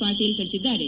ಪಾಟೀಲ್ ತಿಳಿಸಿದ್ದಾರೆ